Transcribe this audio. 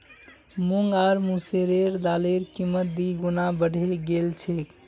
मूंग आर मसूरेर दालेर कीमत दी गुना बढ़े गेल छेक